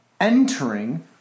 entering